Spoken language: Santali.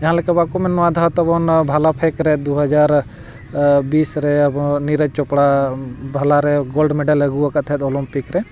ᱡᱟᱦᱟᱸ ᱞᱮᱠᱟ ᱵᱟᱠᱚ ᱢᱮ ᱱᱚᱣᱟ ᱫᱷᱟᱣ ᱛᱟᱵᱚᱱ ᱵᱷᱟᱞᱟ ᱯᱷᱮᱠ ᱨᱮ ᱫᱩ ᱦᱟᱡᱟᱨ ᱵᱤᱥ ᱨᱮ ᱟᱵᱚ ᱱᱤᱨᱚᱡᱽ ᱪᱚᱯᱲᱟ ᱵᱷᱟᱞᱟᱨᱮ ᱜᱳᱞᱰ ᱢᱮᱰᱮᱞ ᱮ ᱟᱹᱜᱩᱣ ᱟᱠᱟᱫ ᱛᱟᱦᱮᱸᱫ ᱫᱚ ᱚᱞᱚᱢᱯᱤᱠ ᱨᱮ